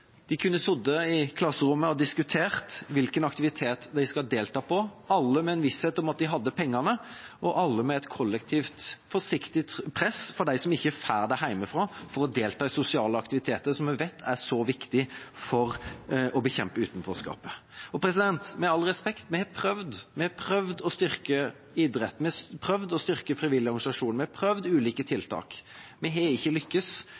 De kunne sittet i klasserommet og diskutert hvilken aktivitet de skulle delta på – alle med en visshet om at de hadde pengene, og alle med et kollektivt, forsiktig press på de som ikke får det hjemmefra, for å delta i sosiale aktiviteter, som vi vet er viktig for å bekjempe utenforskap. Med all respekt: Vi har prøvd å styrke idretten. Vi har prøvd å styrke frivillige organisasjoner. Vi har prøvd ulike tiltak. Vi har ikke